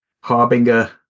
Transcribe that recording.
Harbinger